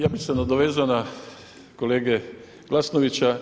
Ja bih se nadovezao na kolege Glasnovića.